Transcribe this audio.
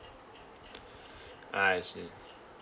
ah I see